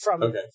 Okay